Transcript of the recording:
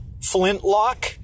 flintlock